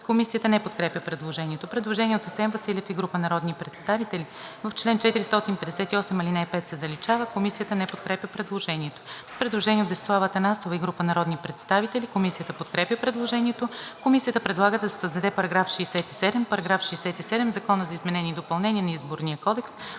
Комисията не подкрепя предложението. Предложение от Асен Василев и група народни представители: В чл. 458 алинея 5 се заличава. Комисията не подкрепя предложението. Предложение от Десислава Атанасова и група народни представители: Комисията подкрепя предложението. Комисията предлага да се създаде § 67: „§ 67. В Закона за изменение и допълнение на Изборния кодекс